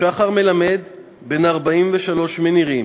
שחר מלמד, בן 43, מנירים,